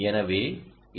எனவே எல்